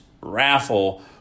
raffle